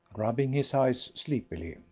rubbing his eyes sleepily.